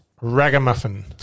ragamuffin